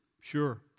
Sure